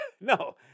no